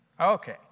okay